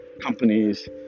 companies